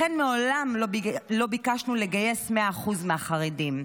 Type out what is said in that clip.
לכן מעולם לא ביקשנו לגייס 100% מהחרדים.